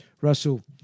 Russell